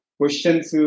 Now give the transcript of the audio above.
questions